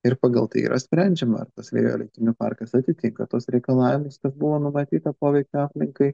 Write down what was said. ir pagal tai yra sprendžiama ar tas vėjo elektrinių parkas atitinka tuos reikalavimus kas buvo numatyta poveikio aplinkai